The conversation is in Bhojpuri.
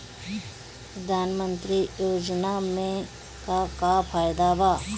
प्रधानमंत्री योजना मे का का फायदा बा?